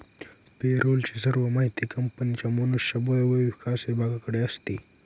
पे role ची सर्व माहिती कंपनीच्या मनुष्य बळ व विकास विभागाकडे असते